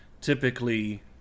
typically